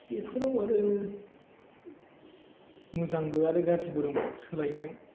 बेखौनो माने मोजांबो आरो गाज्रिबो दं सोलायनायाव